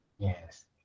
Yes